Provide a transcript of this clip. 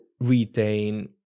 retain